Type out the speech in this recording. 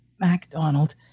MacDonald